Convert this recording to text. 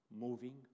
moving